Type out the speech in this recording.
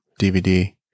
dvd